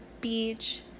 beach